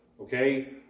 Okay